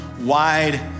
wide